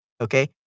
Okay